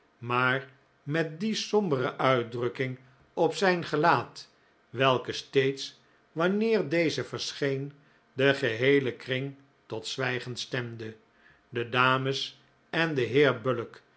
maar met die sombere uitdrukking op zijn gelaat welke steeds wanneer deze verscheen den geheelen kring tot zwijgen stemde de dames en de